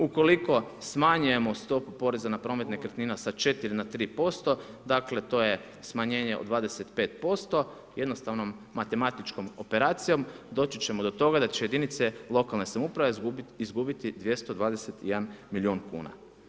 Ukoliko smanjujemo stupu poreza na promet nekretnina sa 4 na 3%, dakle to je smanjenje od 25%, jednostavnom matematičkom operacijom doći ćemo do toga da će jedinice lokalne samouprave izgubiti 221 milion kuna.